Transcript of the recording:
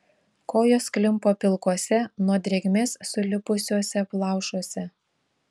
kojos klimpo pilkuose nuo drėgmės sulipusiuose plaušuose